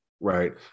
right